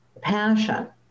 passion